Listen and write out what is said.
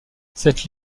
cette